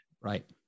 Right